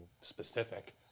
specific